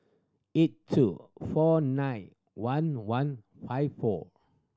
eight two four nine one one five four